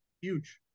huge